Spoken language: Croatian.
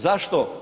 Zašto?